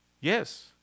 Yes